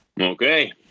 Okay